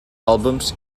albums